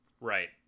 Right